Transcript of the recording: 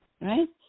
right